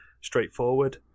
straightforward